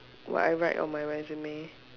what I write on my resume